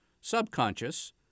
subconscious